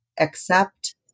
accept